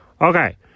Okay